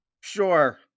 Sure